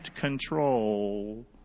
control